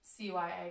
CYA